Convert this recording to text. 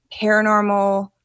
paranormal